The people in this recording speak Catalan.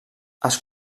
els